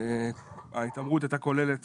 ההתעמרות הייתה כוללת